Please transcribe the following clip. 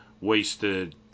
wasted